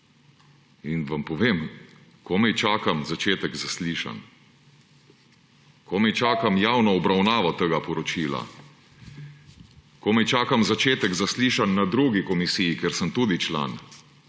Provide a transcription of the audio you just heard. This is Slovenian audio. In vam povem, komaj čakam začetek zaslišanj, komaj čakam javno obravnavo tega poročila, komaj čakam začetek zaslišanj na drugi komisiji, kjer sem tudi član.